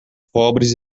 pobres